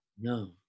No